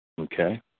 okay